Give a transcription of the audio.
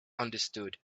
understood